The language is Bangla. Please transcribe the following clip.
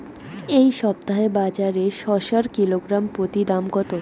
এই সপ্তাহে বাজারে শসার কিলোগ্রাম প্রতি দাম কত?